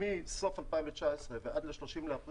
מסוף 2019 ועד ה-30.4,